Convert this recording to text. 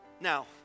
Now